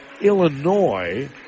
Illinois